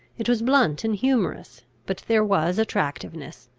it was blunt and humorous but there was attractiveness,